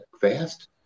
fast